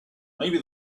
maybe